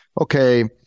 okay